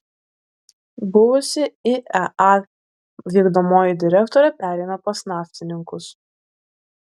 buvusi iea vykdomoji direktorė pereina pas naftininkus